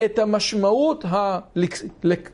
‫את המשמעות ה...